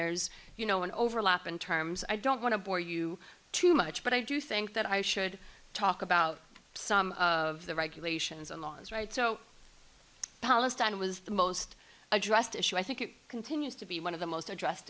there's you know an overlap in terms i don't want to bore you too much but i do think that i should talk about some of the regulations and laws right so palestine was the most addressed issue i think it continues to be one of the most